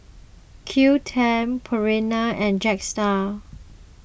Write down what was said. Qoo ten Purina and Jetstar